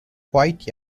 quite